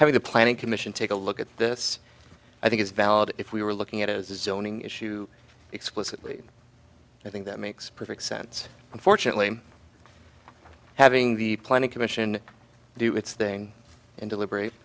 having the planning commission take a look at this i think is valid if we were looking at it as a zoning issue explicitly i think that makes perfect sense unfortunately having the planning commission do its thing and deliberate